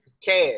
cash